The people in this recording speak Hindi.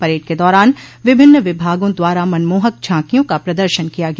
परेड के दौरान विभिन्न विभागों द्वारा मनमोहक झाकियों का प्रदर्शन किया गया